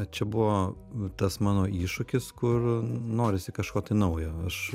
čia buvo tas mano iššūkis kur norisi kažko tai naujo aš